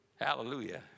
Hallelujah